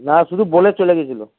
না শুধু বলে চলে গিয়েছিলো